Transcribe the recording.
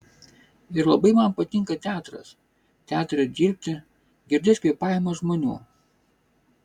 ir labai man patinka teatras teatre dirbti girdėt kvėpavimą žmonių